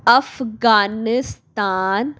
Afghanistan